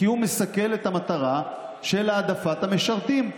כי הוא מסכל את המטרה של העדפת המשרתים.